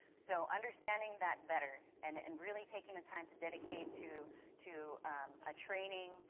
so understanding that better, and and really taking the time to dedicate to to a training,